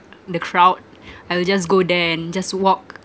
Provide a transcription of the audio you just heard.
the crowd I will just go there and just walk